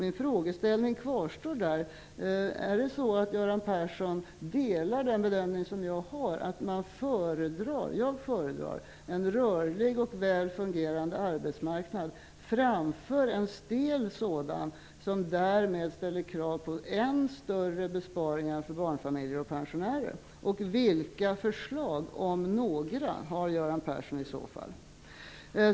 Min fråga kvarstår därför: Är det så att Göran Persson delar min bedömning att en rörlig och väl fungerande arbetsmarknad är att föredra framför en stel sådan, som därmed ställer krav på än större besparingar för barnfamiljer och pensionärer, och vilka förslag - om några - har Göran Persson i så fall?